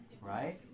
Right